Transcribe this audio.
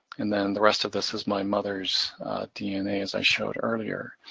and then the rest of this is my mother's dna, as i showed earlier.